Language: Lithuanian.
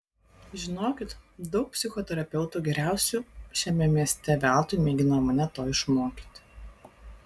žinokit daug psichoterapeutų geriausių šiame mieste veltui mėgino mane to išmokyti